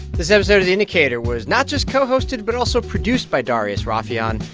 this episode of the indicator was not just co-hosted but also produced by darius rafieyan.